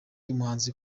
umuhanzi